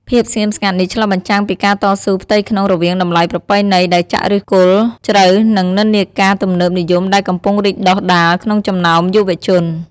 ភាពស្ងៀមស្ងាត់នេះឆ្លុះបញ្ចាំងពីការតស៊ូផ្ទៃក្នុងរវាងតម្លៃប្រពៃណីដែលចាក់ឫសគល់ជ្រៅ និងនិន្នាការទំនើបនិយមដែលកំពុងរីកដុះដាលក្នុងចំណោមយុវជន។